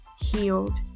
healed